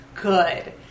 good